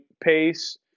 pace